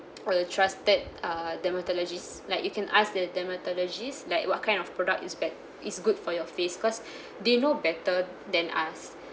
or a trusted uh dermatologist like you can ask the dermatologist like what kind of product is bad is good for your face cause they know better than us